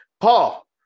Paul